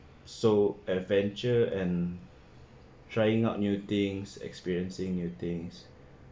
so adventure and trying out new things experiencing new things